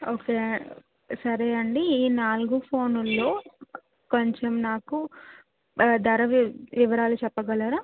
okay సరే అండి ఈ నాలుగు ఫోనుల్లో కొంచం నాకు ధర వి వివరాలు చెప్పగలరా